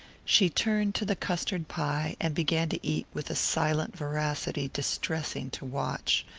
she turned to the custard pie and began to eat with a silent voracity distressing to watch.